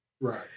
Right